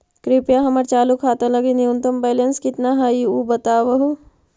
कृपया हमर चालू खाता लगी न्यूनतम बैलेंस कितना हई ऊ बतावहुं